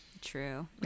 True